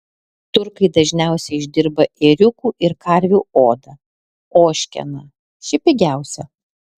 turkai dažniausiai išdirba ėriukų ir karvių odą ožkeną ši pigiausia